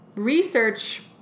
research